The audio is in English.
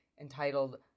entitled